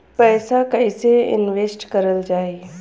पैसा कईसे इनवेस्ट करल जाई?